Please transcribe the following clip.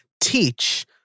teach